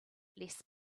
less